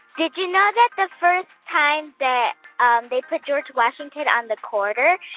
did you know that the first time that they put george washington on the quarter,